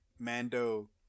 Mando